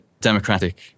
democratic